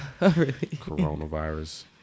Coronavirus